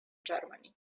germany